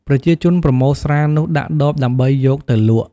ប្រជាជនប្រមូលស្រានោះដាក់ដប ដើម្បីយកទៅលក់។